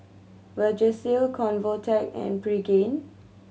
Vagisil Convatec and Pregain